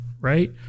right